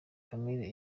camille